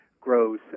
grows